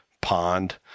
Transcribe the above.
pond